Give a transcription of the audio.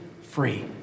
free